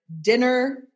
dinner